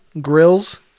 Grills